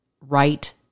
right